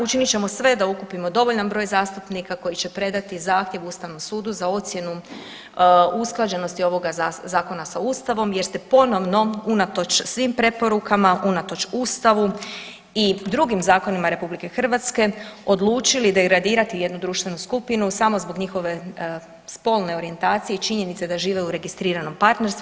Učinit ćemo sve da okupimo dovoljan broj zastupnika koji će predati zahtjev Ustavnom sudu za ocjenom usklađenosti ovoga zakona sa Ustavom jer ste ponovno unatoč svim preporukama, unatoč Ustavu i drugim zakonima RH odlučili degradirati jednu društvenu skupinu samo zbog njihove spolne orijentacije i činjenice da žive u registriranom partnerstvu.